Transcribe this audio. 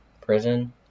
prison